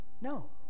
no